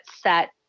set